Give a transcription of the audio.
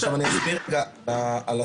אני אסביר על השאלה.